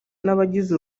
n’abagize